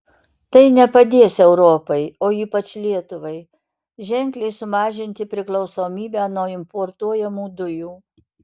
tai nepadės europai o ypač lietuvai ženkliai sumažinti priklausomybę nuo importuojamų dujų